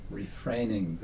refraining